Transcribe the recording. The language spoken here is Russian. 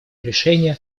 решения